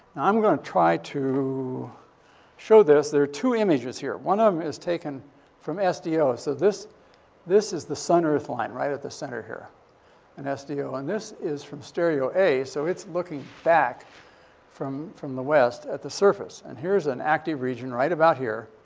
i'm gonna try to show this. there are two images here. one of em is taken from sdo. so this this is the sun-earth line, right at the center here in sdo. and this is from stereo-a. so it's looking back from from the west at the surface. and here's an active region right about here.